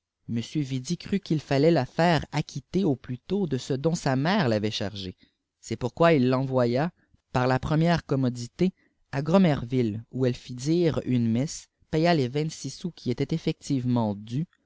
crut ju'il fauait la faire acquitter au plus tôt de ce dont sa mère pavait chargée c'est pourquoi il tenvôya par là première commodité à gromerville ou elle fit dire une messe paya les vingt-six sous qui étaient effectivement dus